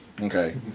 Okay